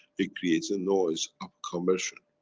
it creates a noise of conversion.